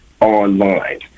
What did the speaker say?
online